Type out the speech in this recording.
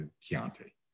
Chianti